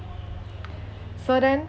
so then